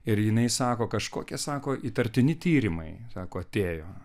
ir jinai sako kažkokia sako įtartini tyrimai sako atėjo